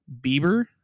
Bieber